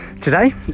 Today